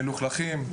מלוכלכים,